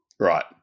Right